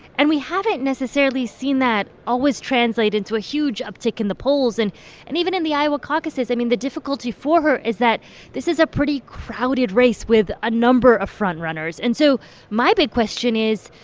and we haven't necessarily seen that always translate into a huge uptick in the polls. and and even in the iowa caucuses, i mean, the difficulty for her is that this is a pretty crowded race with a number of front-runners and so my big question is,